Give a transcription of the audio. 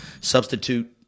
substitute